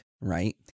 right